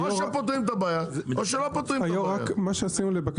או שפותרים את הבעיה או שלא פותרים את הבעיה.